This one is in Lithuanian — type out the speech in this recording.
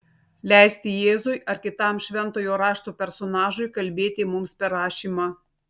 leisti jėzui ar kitam šventojo rašto personažui kalbėti mums per rašymą